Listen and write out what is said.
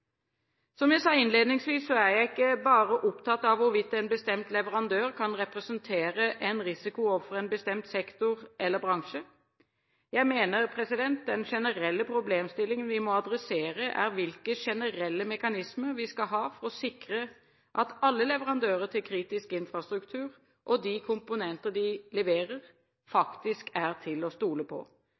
Som jeg sa innledningsvis, er jeg ikke bare opptatt av hvorvidt en bestemt leverandør kan representere en risiko overfor en bestemt sektor eller bransje. Jeg mener den generelle problemstillingen vi må adressere, er hvilke generelle mekanismer vi skal ha for å sikre at alle leverandører til kritisk infrastruktur og de komponenter de leverer, faktisk er til å stole på.